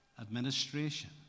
administration